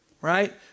right